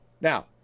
Now